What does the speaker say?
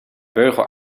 beugel